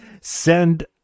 send